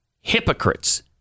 hypocrites